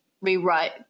rewrite